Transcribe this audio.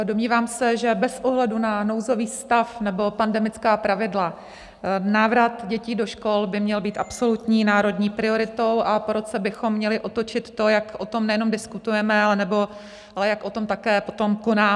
Domnívám se, že bez ohledu na nouzový stav nebo pandemická pravidla návrat dětí do škol by měl být absolutní národní prioritou a po roce bychom měli otočit to, jak o tom nejenom diskutujeme, ale jak potom také konáme.